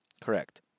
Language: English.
Correct